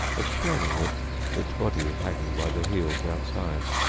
explaining that its body was hanging by the heels outside.